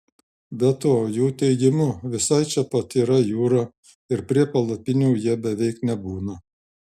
be to jų teigimu visai čia pat yra jūra ir prie palapinių jie beveik nebūna